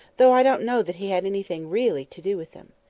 though i don't know that he had anything really to do with them.